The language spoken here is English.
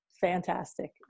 fantastic